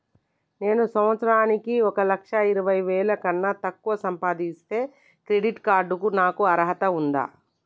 నేను సంవత్సరానికి ఒక లక్ష ఇరవై వేల కన్నా తక్కువ సంపాదిస్తే క్రెడిట్ కార్డ్ కు నాకు అర్హత ఉందా?